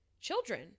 children